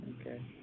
Okay